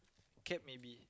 cap maybe